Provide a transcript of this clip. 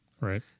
right